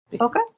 Okay